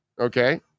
okay